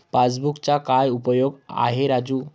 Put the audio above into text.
पासबुकचा काय उपयोग आहे राजू?